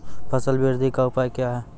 फसल बृद्धि का उपाय क्या हैं?